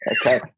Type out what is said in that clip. okay